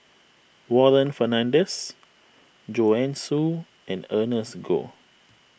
Warren Fernandez Joanne Soo and Ernest Goh